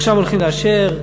עכשיו הולכים לאשר,